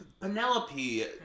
Penelope